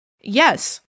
yes